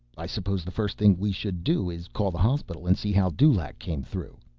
i suppose the first thing we should do is call the hospital and see how dulaq came through.